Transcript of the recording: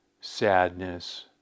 sadness